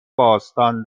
باستان